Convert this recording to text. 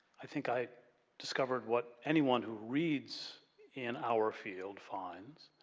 i think i discovered what anyone who reads in our field finds,